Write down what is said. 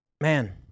man